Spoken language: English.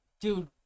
dude